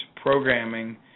programming